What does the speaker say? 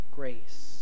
grace